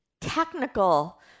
technical